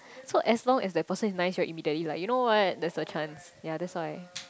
so as long as that person is nice right you immediately like you know what there's a chance ya that's why